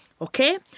Okay